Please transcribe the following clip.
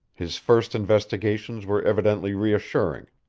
his first investigations were evidently reassuring,